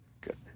Good